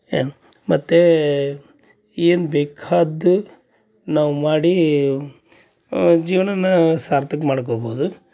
ಏನು ಮತ್ತು ಏನು ಬೇಕಾದ್ದು ನಾವು ಮಾಡಿ ಆ ಜೀವವನ್ನ ಸಾರ್ಥಕ ಮಾಡ್ಕೋಬೋದು